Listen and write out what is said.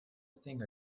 thing